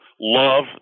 love